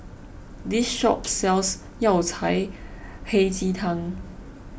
this shop sells Yao Cai Hei Ji Tang